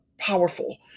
Powerful